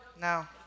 No